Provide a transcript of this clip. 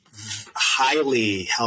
highly